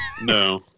No